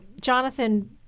Jonathan